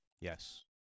Yes